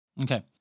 Okay